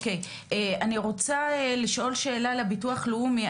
אני רוצה לשאול שאלה לביטוח לאומי.